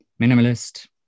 minimalist